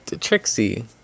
Trixie